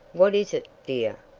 what is it, dear?